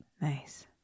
Nice